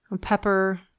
Pepper